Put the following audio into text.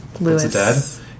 Lewis